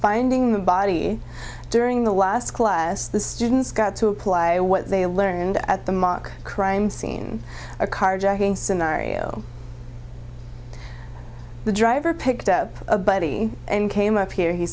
finding the body during the last class the students got to apply what they learned at the mock crime scene a carjacking scenario the driver picked up a buddy and came up here he